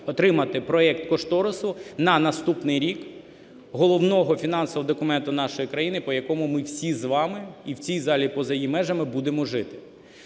отримати проект кошторису на наступний рік головного фінансового документу нашої країни, по якому ми всі з вами, і в цій залі, і поза її межами, будемо жити.